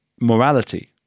morality